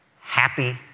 happy